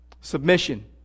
Submission